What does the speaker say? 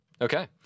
Okay